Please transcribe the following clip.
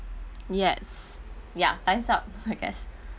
yes ya times up I guess